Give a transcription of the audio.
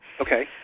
Okay